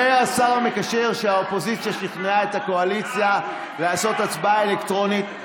אומר השר המקשר שהאופוזיציה שכנעה את הקואליציה לעשות הצבעה אלקטרונית.